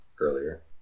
Earlier